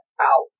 out